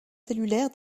cellulaire